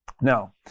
Now